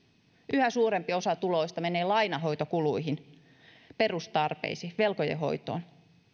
yhä suurempi osa tuloista menee lainanhoitokuluihin perustarpeisiin velkojen hoitoon